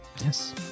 Yes